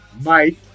Mike